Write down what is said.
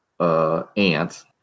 Ant